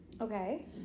Okay